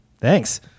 Thanks